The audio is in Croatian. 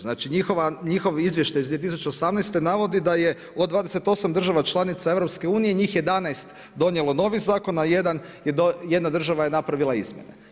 Znači njihovi izvještaj iz 2018. navodi da je od 28 država članica EU njih 11 donijelo novi zakon, a jedna država je napravila izmjene.